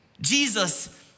Jesus